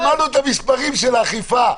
שמענו את המספרים של האכיפה.